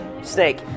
Snake